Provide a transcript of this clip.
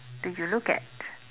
do you look at